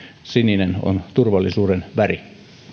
sininen on turvallisuuden väri